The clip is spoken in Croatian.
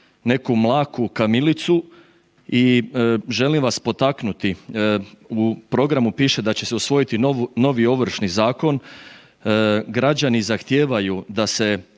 Hvala vam.